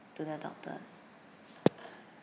to the doctors